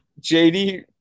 JD